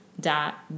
dot